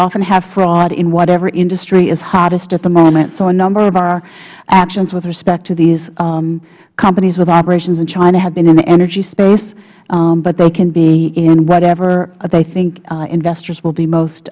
often have fraud in whatever industry is hottest at the moment so a number of our actions with respect to these companies with operations in china have been in the energy space but they can be in whatever they think investors will be most